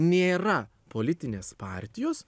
nėra politinės partijos